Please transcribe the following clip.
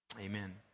Amen